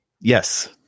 Yes